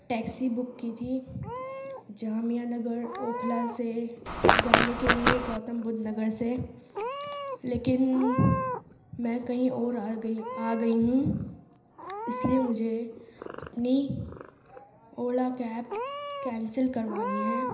taxi book کی تھی جامعہ نگر اوکھلا سے جانے کے لیے گوتم بدھ نگر سے لیکن میں کہیں اور آ گئی آ گئی ہوں اس لیے مجھے اپنی اولا کیب کینسل کروانی ہے